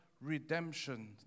redemption